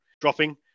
dropping